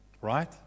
Right